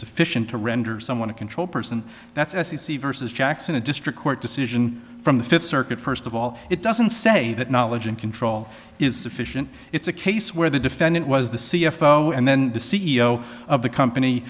sufficient to render someone a control person that's s e c versus jackson a district court decision from the fifth circuit first of all it doesn't say that knowledge and control is sufficient it's a case where the defendant was the c f o and then the c e o of the company